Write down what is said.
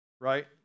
right